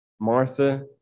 Martha